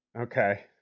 Okay